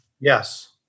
Yes